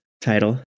title